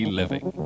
living